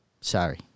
sorry